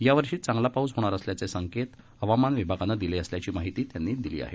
यावर्षी चांगला पाऊस होणार असल्याचे संकेत हवामान विभागानं दिले असल्याची माहिती त्यांनी दिली आहे